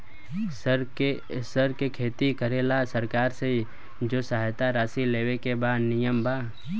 सर के खेती करेला सरकार से जो सहायता राशि लेवे के का नियम बा?